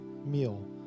meal